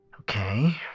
Okay